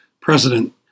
president